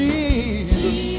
Jesus